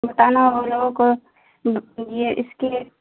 بتانا ہوگا لوگوں کو یہ اس کی